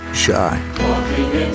shy